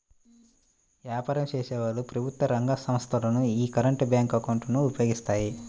వ్యాపారం చేసేవాళ్ళు, ప్రభుత్వ రంగ సంస్ధలు యీ కరెంట్ బ్యేంకు అకౌంట్ ను ఉపయోగిస్తాయి